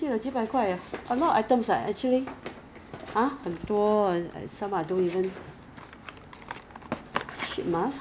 no no no cleansing water it's to remove makeup or remove your sunblock before your before 你的 cleanser your facial wash